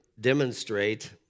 demonstrate